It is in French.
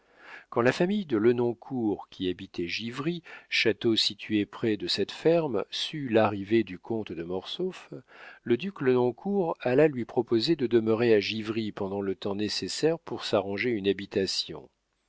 quand la famille de lenoncourt qui habitait givry château situé près de cette ferme sut l'arrivée du comte de mortsauf le duc lenoncourt alla lui proposer de demeurer à givry pendant le temps nécessaire pour s'arranger une habitation